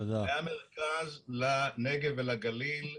-- מהמרכז לנגב ולגליל,